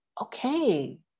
okay